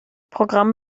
programm